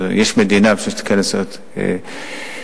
יש מדינה שתכסה הוצאות ביטחון.